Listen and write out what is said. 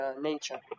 nature